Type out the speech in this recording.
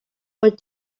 for